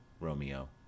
Romeo